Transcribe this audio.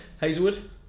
Hazelwood